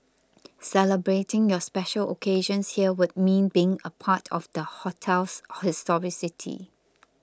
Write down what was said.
celebrating your special occasions here would mean being a part of the hotel's historicity